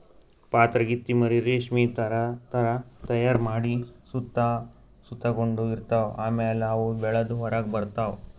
ಪಾತರಗಿತ್ತಿ ಮರಿ ರೇಶ್ಮಿ ಥರಾ ಧಾರಾ ತೈಯಾರ್ ಮಾಡಿ ಸುತ್ತ ಸುತಗೊಂಡ ಇರ್ತವ್ ಆಮ್ಯಾಲ ಅವು ಬೆಳದ್ ಹೊರಗ್ ಬರ್ತವ್